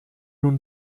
nun